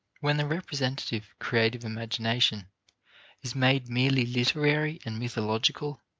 when the representative creative imagination is made merely literary and mythological,